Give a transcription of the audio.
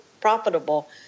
profitable